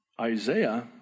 Isaiah